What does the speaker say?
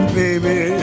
baby